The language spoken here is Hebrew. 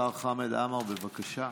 השר חמד עמאר, בבקשה.